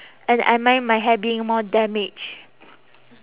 and I mind my hair being more damaged